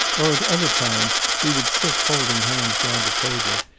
or at other times we would sit holding hands round a table,